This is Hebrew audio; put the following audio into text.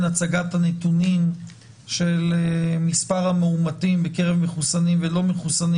הצגת הנתונים של מספר המאומתים בקרב מחוסנים ולא מחוסנים